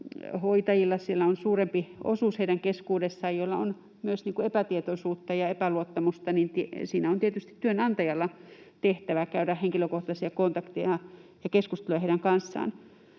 keskuudessa on suurempi osuus niitä, joilla on epätietoisuutta ja epäluottamusta, ja siinä on tietysti työnantajalla tehtävä käydä henkilökohtaisia kontakteja ja keskusteluja heidän kanssaan.